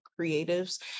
creatives